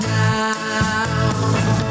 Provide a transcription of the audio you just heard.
now